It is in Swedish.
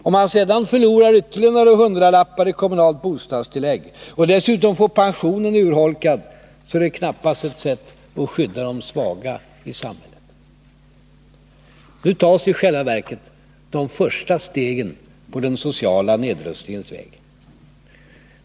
Om de sedan förlorar ytterligare några hundralappar i kommunalt bostadstillägg och dessutom får pensionen urholkad så visar det väl att regeringen genom sina åtgärder knappast skyddar de svaga i samhället. Nu tas i själva verket de första stegen på den sociala nedrustningens väg.